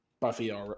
Buffy